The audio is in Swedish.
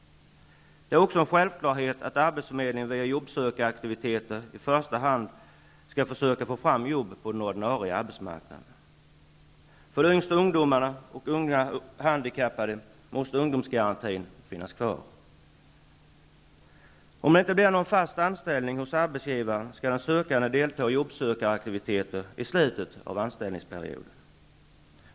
Det är också en självklarhet att arbetsförmedlingen via jobbsökaraktiviteter i första hand skall försöka få fram jobb på den ordinarie arbetsmarknaden. För de yngsta ungdomarna och unga handikappade måste ungdomsgarantin finnas kvar. Om det inte blir någon fast anställning hos arbetsgivaren skall den sökande delta i jobbsökaraktiviteter i slutet av anställningsperioden.